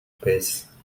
pace